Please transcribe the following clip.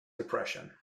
depression